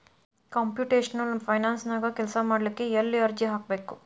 Computational ಫೈನಾನ್ಸನ್ಯಾಗ ಕೆಲ್ಸಾಮಾಡ್ಲಿಕ್ಕೆ ಎಲ್ಲೆ ಅರ್ಜಿ ಹಾಕ್ಬೇಕು?